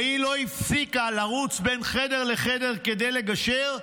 והיא לא הפסיקה לרוץ בין חדר לחדר כדי לגשר,